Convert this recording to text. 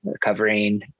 covering